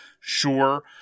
Sure